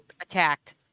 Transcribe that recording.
attacked